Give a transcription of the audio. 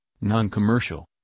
non-commercial